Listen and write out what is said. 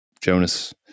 Jonas